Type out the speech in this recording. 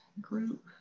Group